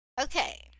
okay